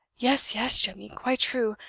yes, yes, jemmy quite true.